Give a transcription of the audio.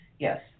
Yes